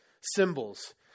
symbols